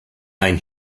ein